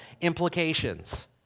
implications